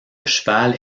cheval